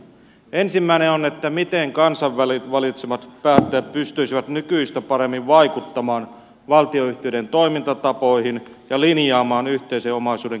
ensimmäinen on se miten kansan valitsemat päättäjät pystyisivät nykyistä paremmin vaikuttamaan valtio yhtiöiden toimintatapoihin ja linjaamaan yhteisen omaisuuden käyttötapoja